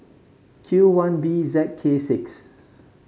Q one B Z K six